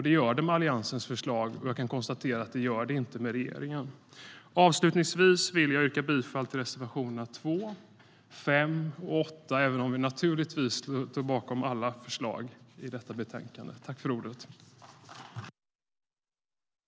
Det gör det med Alliansens förslag, och jag kan konstatera att det gör det inte med regeringen. STYLEREF Kantrubrik \* MERGEFORMAT NäringspolitikI detta anförande instämde Hans Rothenberg och Helena Lindahl .